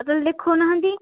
ଆଉ ତା'ହେଲେ ଦେଖାଉନାହାଁନ୍ତି